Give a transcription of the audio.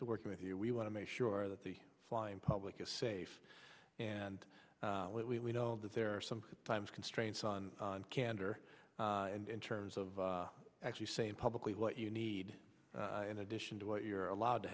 to working with you we want to make sure that the flying public is safe and what we know that there are some times constraints on candor and in terms of actually saying publicly what you need in addition to what you're allowed to